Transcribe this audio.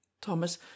Thomas